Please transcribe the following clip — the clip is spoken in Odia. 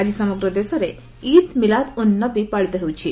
ଆଜି ସମଗ୍ର ଦେଶରେ ଇଦ୍ ମିଲାଦ୍ ଉନ୍ ନବୀ ପାଳିତ ହେଉଛି